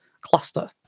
cluster